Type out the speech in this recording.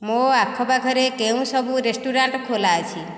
ମୋ ଆଖପାଖରେ କେଉଁ ସବୁ ରେଷ୍ଟୁରାଣ୍ଟ ଖୋଲା ଅଛି